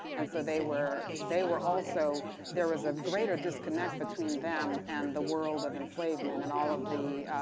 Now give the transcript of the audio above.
and so they were they were also there was a greater disconnect between them and the world of enslavement and all of the